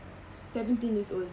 seventeen years old